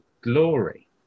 glory